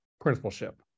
principalship